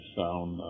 found